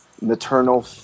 maternal